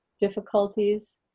difficulties